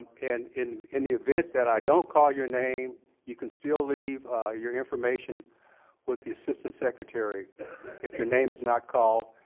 and in in the event that i don't call your name you can still leave your information with the assistant secretary if your name is not called.